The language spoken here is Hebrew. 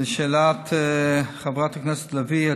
לשאלת חברת הכנסת עליזה לביא,